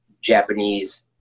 Japanese